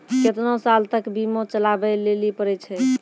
केतना साल तक बीमा चलाबै लेली पड़ै छै?